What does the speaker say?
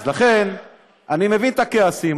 לכן אני מבין את הכעסים,